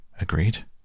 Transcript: Agreed